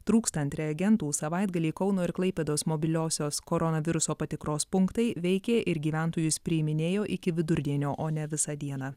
trūkstant reagentų savaitgalį kauno ir klaipėdos mobiliosios koronaviruso patikros punktai veikė ir gyventojus priiminėjo iki vidurdienio o ne visą dieną